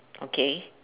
okay